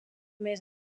més